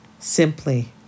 Simply